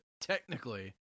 technically